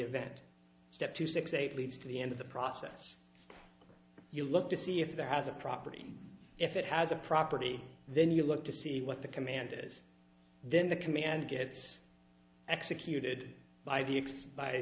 event step two six eight leads to the end of the process you look to see if there has a property if it has a property then you look to see what the command is then the command gets executed by the